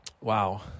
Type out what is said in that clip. Wow